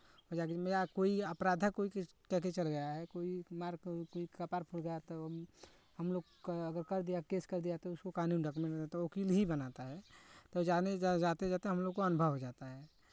मेरा कोई अपराध कोई केस कर के चल गया है कोई मार कर कोई कपार फोड़ गया तो हमलोग का अगर कर दिया केस कर दिया तो उसको कानून डॉक्यूमेंट तो वकील ही बनाता है तो जाते जाते हमलोग को अनुभव हो जाता है